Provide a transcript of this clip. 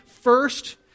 First